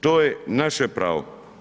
To je naše pravo.